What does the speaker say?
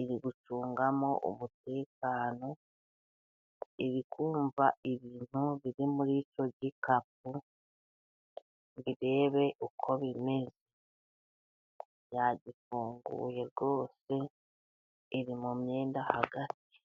iri gucungamo umutekano, iri kumva ibintu biri muri icyo gikapu ngo irebe uko bimeze. Yagifunguye rwose iri mumyenda hagati.